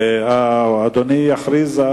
אדוני יכריז.